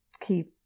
keep